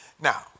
Now